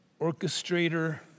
orchestrator